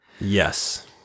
Yes